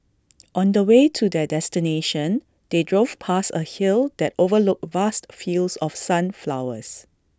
on the way to their destination they drove past A hill that overlooked vast fields of sunflowers